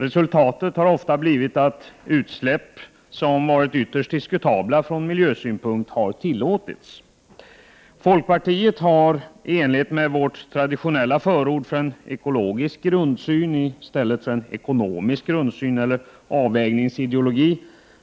Resultatet av detta har ofta blivit att från miljösynpunkt ytterst diskutabla utsläpp har tillåtits. Vi i folkpartiet har i enlighet med vårt traditionella förord för en ekologisk grundsyn i stället för en ekonomisk avvägningsideologi